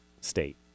state